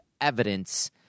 evidence